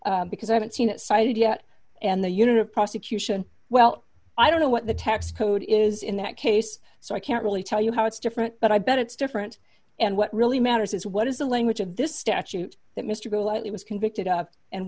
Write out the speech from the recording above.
of because i haven't seen it cited yet and the unit of prosecution well i don't know what the tax code is in that case so i can't really tell you how it's different but i bet it's different and what really matters is what is the language of this statute that mr golightly was convicted of and